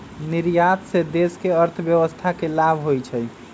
निर्यात से देश के अर्थव्यवस्था के लाभ होइ छइ